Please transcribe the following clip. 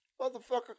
motherfucker